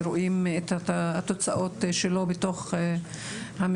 וכולנו רואים את התוצאות שלו בתוך המגרש.